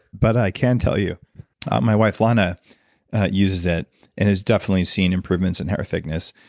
but i can tell you my wife lana uses it and has definitely seen improvements in hair thickness.